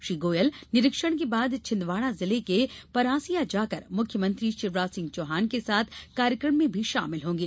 श्री गोयल निरीक्षण के बाद छिन्दवाड़ा जिले के परासिया जाकर मुख्यमंत्री शिवराज सिंह चौहान के साथ कार्यक्रम में भी शामिल होंगे